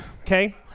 okay